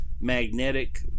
magnetic